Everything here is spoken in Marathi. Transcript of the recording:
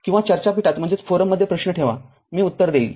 किंवा चर्चापीठात प्रश्न ठेवा मी उत्तर देईल